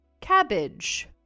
cabbage